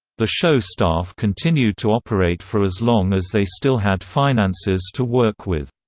the show staff continued to operate for as long as they still had finances to work with.